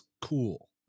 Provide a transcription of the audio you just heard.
cool